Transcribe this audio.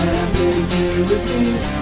ambiguities